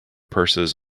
purses